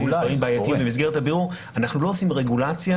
בעייתיים במסגרת הבירור -- אנחנו לא עושים רגולציה